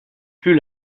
plus